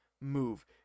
move